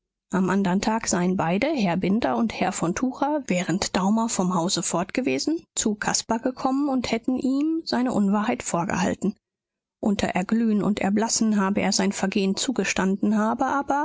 am andern tag seien beide herr binder und herr von tucher während daumer vom hause fortgewesen zu caspar gekommen und hätten ihm seine unwahrheit vorgehalten unter erglühen und erblassen habe er sein vergehen zugestanden habe aber